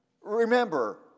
Remember